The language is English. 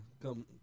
come